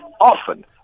often